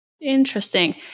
Interesting